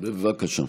בבקשה.